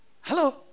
Hello